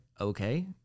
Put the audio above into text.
okay